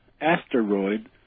asteroid